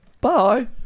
Bye